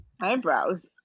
Eyebrows